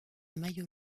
maillot